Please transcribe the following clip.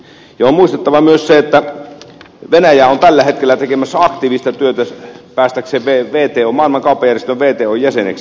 on muistettava myös se että venäjä on tällä hetkellä tekemässä aktiivista työtä päästäkseen maailman kauppajärjestön wton jäseneksi